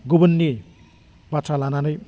गुबुननि बाथ्रा लानानै